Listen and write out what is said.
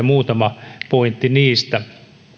muutama pointti niistä